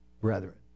brethren